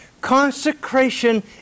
Consecration